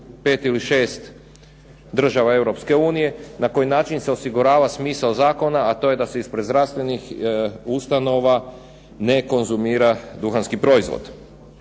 u 5 ili 6 država Europske unije, na koji način se osigurava smisao zakona, a to je da se ispred zdravstvenih ustanova ne konzumira duhanski proizvod.